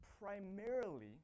primarily